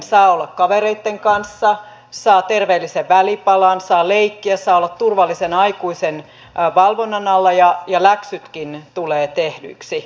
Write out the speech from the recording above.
saa olla kavereitten kanssa saa terveellisen välipalan saa leikkiä saa olla turvallisen aikuisen valvonnan alla ja läksytkin tulevat tehdyiksi